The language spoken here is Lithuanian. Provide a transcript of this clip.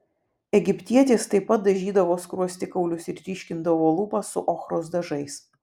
egiptietės taip pat dažydavo skruostikaulius ir ryškindavo lūpas su ochros dažais